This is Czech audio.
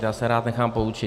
Já se rád nechám poučit.